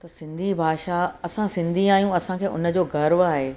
त सिंधी भाषा असां सिंधी आहियूं असांखे उनजो गर्व आहे